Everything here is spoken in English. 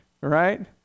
Right